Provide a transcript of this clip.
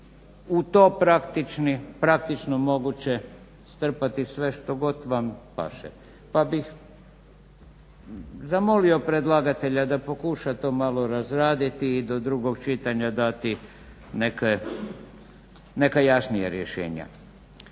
u tom praktično moguće strpati sve što god vam paše, pa bih zamolio predlagatelja da pokuša to malo razraditi i do drugog čitanja dati neka jasnija rješenja.